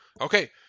Okay